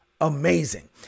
amazing